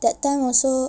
that time also